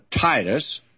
Titus